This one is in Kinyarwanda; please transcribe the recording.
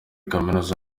kaminuza